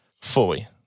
fully